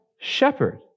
shepherd